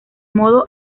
modo